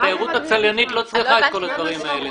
--- התיירות הצליינית לא צריכה את כל הדברים האלה.